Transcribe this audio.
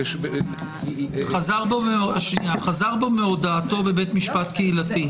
חזר בו מהודאתו בבית משפט קהילתי,